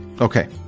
Okay